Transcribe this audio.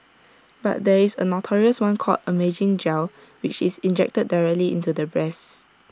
but there is A notorious one called amazing gel which is injected directly into the breasts